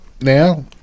Now